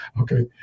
Okay